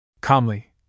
Calmly